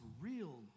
real